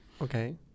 Okay